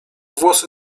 włosy